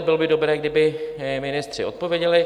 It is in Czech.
Bylo by dobré, kdyby ministři odpověděli.